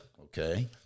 Okay